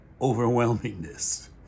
overwhelmingness